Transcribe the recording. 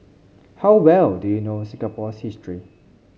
how well do you know Singapore's history